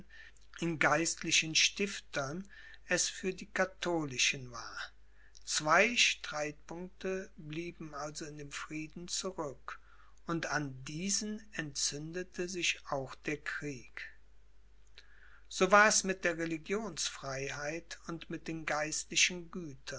in geistlichen stiftern es für die katholischen war zwei streitpunkte blieben also in dem frieden zurück und an diesen entzündete sich auch der krieg so war es mit der religionsfreiheit und mit den geistlichen